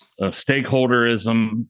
stakeholderism